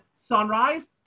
sunrise